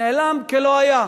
נעלם כלא היה.